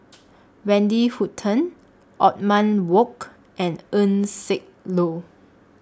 Wendy Hutton Othman Wok and Eng Siak Loy